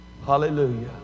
Hallelujah